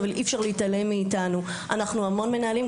אי-אפשר להתעלם מאיתנו אנחנו המון מנהלים.